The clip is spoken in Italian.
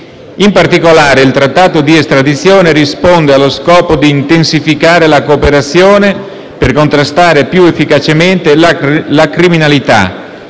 In particolare, il trattato di estradizione risponde allo scopo di intensificare la cooperazione per contrastare più efficacemente la criminalità,